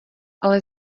ale